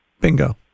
Bingo